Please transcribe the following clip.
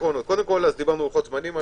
דיברנו על לוחות הזמנים.